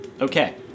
Okay